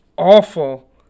Awful